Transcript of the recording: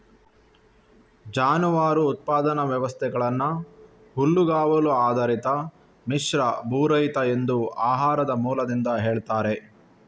ಜಾನುವಾರು ಉತ್ಪಾದನಾ ವ್ಯವಸ್ಥೆಗಳನ್ನ ಹುಲ್ಲುಗಾವಲು ಆಧಾರಿತ, ಮಿಶ್ರ, ಭೂರಹಿತ ಎಂದು ಆಹಾರದ ಮೂಲದಿಂದ ಹೇಳ್ತಾರೆ